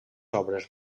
obres